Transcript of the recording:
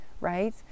right